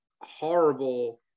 horrible